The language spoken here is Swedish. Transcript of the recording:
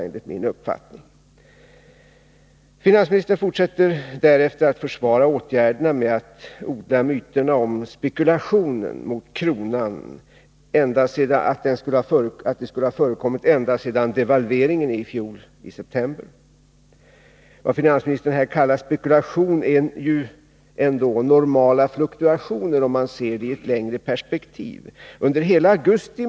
Om reaktionerna Finansministern fortsätter därefter att försvara åtgärderna med att odla utomlands på den myterna om att spekulation mot kronan skulle ha förekommit ända sedan svenska devalvedevalveringen i september i fjol. Vad finansministern här kallar spekulation — ringen är ju ändå normala fluktuationer, om man ser det i ett längre perspektiv. Det fannst.ex.